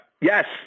yes